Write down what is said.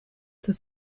zur